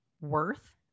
worth